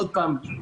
עוד פעם,